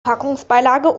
packungsbeilage